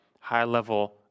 high-level